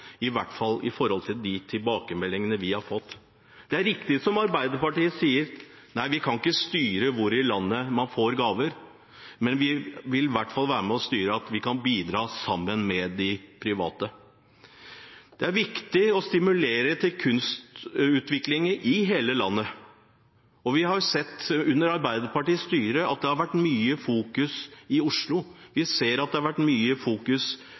i hvert fall med tanke på de tilbakemeldingene vi har fått. Det er riktig som Arbeiderpartiet sier, at vi kan ikke styre hvor i landet man får gaver, men vi vil i hvert fall være med og styre at vi kan bidra sammen med de private. Det er viktig å stimulere til kunstutvikling i hele landet. Vi har sett under Arbeiderpartiets styre at det har vært mye oppmerksomhet om Oslo. Vi ser at det har vært mye